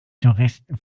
touristen